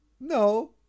No